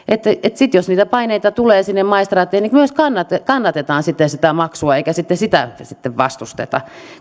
jos niitä paineita sitten tulee sinne maistraattiin niin myös kannatetaan sitä maksua eikä sitä sitten vastusteta